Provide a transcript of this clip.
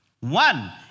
One